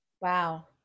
Wow